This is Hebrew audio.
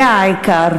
זה העיקר,